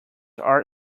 are